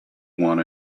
want